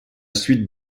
suite